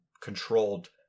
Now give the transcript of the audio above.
controlled